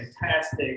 fantastic